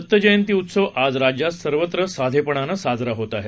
दत्त जयंती उत्सव आज राज्यात सर्वत्र साधेपणानं साजरा होत आहे